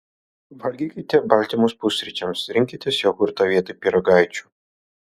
valgykite baltymus pusryčiams rinkitės jogurtą vietoj pyragaičių